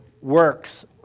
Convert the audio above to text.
works